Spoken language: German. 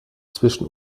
zwischen